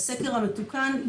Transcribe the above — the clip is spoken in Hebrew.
בסקר המתוקן,